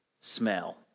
smell